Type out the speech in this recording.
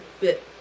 bit